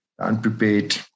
unprepared